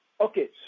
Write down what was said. Okay